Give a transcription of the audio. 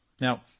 Now